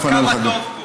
חבר הכנסת איציק שמולי.